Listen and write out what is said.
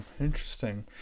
interesting